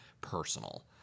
personal